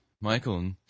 Michael